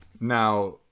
now